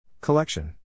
Collection